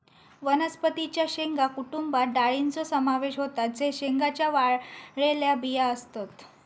वनस्पतीं च्या शेंगा कुटुंबात डाळींचो समावेश होता जे शेंगांच्या वाळलेल्या बिया असतत